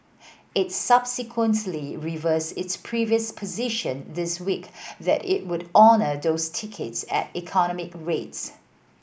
it subsequently reversed its previous position this week that it would honour those tickets at economy rates